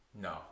no